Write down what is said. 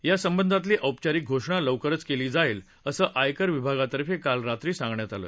या संबंधातली औपचारिक घोषणा लवकरच केली जाईल असं आयकर विभाग तर्फे काल रात्री सांगण्यात आलं